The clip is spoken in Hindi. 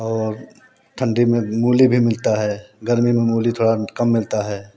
और ठंडी में मूली भी मिलता है गर्मी में मूली थोड़ा कम मिलता है